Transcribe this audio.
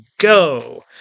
Go